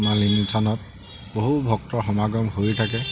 মালিনী থানত বহু ভক্তৰ সমাগম হৈ থাকে